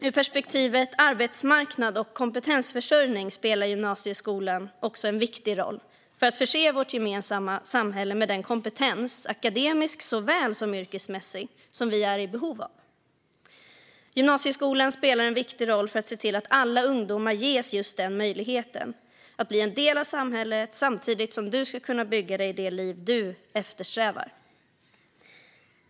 Ur perspektivet arbetsmarknad och kompetensförsörjning spelar gymnasieskolan en viktig roll för att förse vårt gemensamma samhälle med den kompetens - akademisk såväl som yrkesmässig - som vi är i behov av. Gymnasieskolan spelar en viktig roll för att se till att alla ungdomar ges just möjlighet att bli en del av samhället samtidigt som de ska kunna bygga sig det liv de eftersträvar.